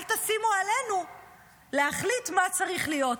אל תשימו עלינו להחליט מה צריך להיות,